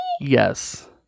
Yes